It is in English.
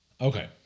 Okay